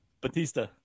Batista